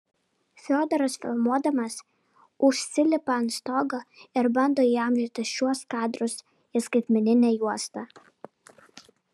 fiodoras filmuodamas užsilipa ant stogo ir bando įamžinti šiuos kadrus į skaitmeninę juostą